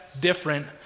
different